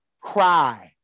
Cry